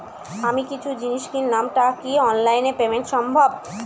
আমি কিছু জিনিস কিনলাম টা কি অনলাইন এ পেমেন্ট সম্বভ?